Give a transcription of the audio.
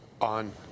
on